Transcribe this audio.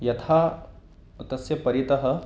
यथा तस्य परितः